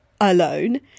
alone